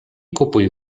kupuj